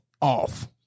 off